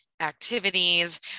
activities